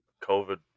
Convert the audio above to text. COVID